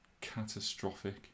catastrophic